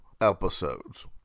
episodes